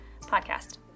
podcast